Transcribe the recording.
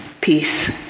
peace